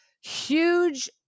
huge